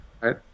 Right